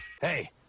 Hey